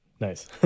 Nice